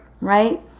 Right